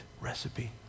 recipe